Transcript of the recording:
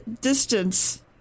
distance